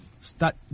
start